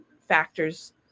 factors